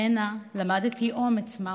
ממנה למדתי אומץ מהו,